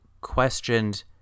questioned